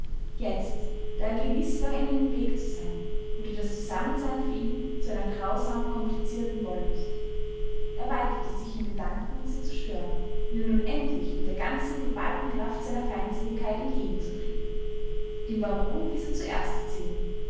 jetzt da er gewiß war ihnen im weg zu sein wurde das zusammensein für ihn zu einer grausam komplizierten wollust er weidete sich im gedanken sie zu stören ihnen nun endlich mit der ganzen geballten kraft seiner feindseligkeit entgegenzutreten dem baron wies er zuerst die zähne